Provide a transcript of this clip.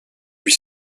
lui